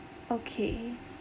okay